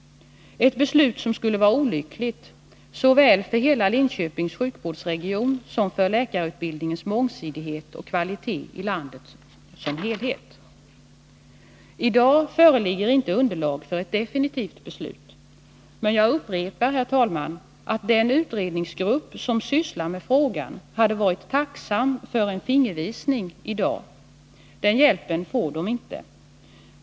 Men det är ett beslut som skulle vara olyckligt, såväl för hela Linköpings sjukvårdsregion som för läkarutbildningens mångsidighet och kvalitet för landet som helhet. I dag föreligger inte underlag för ett definitivt beslut. Jag upprepar, herr talman, att den utredningen som sysslar med frågan hade varit tacksam för en fingervisning i dag. Men den hjälpen får man inte.